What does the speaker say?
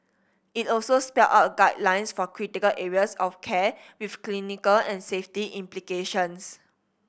it also spelled out guidelines for critical areas of care with clinical and safety implications